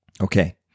Okay